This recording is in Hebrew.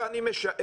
עכשיו אני משער